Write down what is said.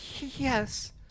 Yes